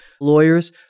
lawyers